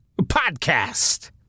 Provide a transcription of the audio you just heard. Podcast